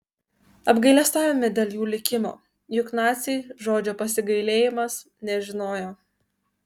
apgailestavome dėl jų likimo juk naciai žodžio pasigailėjimas nežinojo